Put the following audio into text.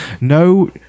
No